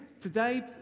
today